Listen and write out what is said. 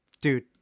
Dude